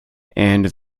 and